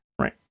right